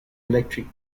eclectic